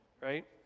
Right